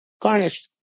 garnished